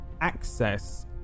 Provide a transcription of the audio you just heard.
access